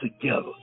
together